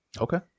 Okay